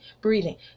breathing